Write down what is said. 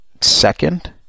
second